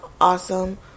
awesome